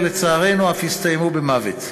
ולצערנו אלה אף הסתיימו במוות.